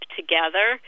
together